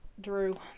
Drew